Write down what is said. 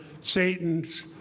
Satan's